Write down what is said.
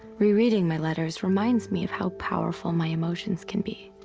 re-reading my letters reminds me of how powerful my emotions can be,